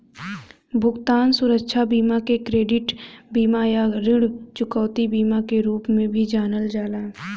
भुगतान सुरक्षा बीमा के क्रेडिट बीमा या ऋण चुकौती बीमा के रूप में भी जानल जाला